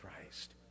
Christ